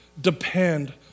depend